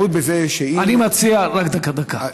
התעמרות בזה שאם אני מציע, רק דקה, דקה.